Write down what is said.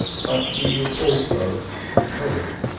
but she is also a poet.